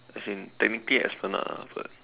as it technically esplanade ah but